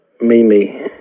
Mimi